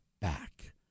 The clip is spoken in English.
back